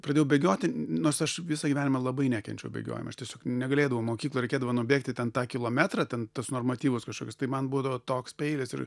pradėjau bėgioti nors aš visą gyvenimą labai nekenčiau bėgiojimo aš tiesiog negalėdavau mokykloj reikėdavo nubėgti ten tą kilometrą ten tuos normatyvus kažkokius tai man būdavo toks peilis ir